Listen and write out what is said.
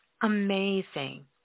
amazing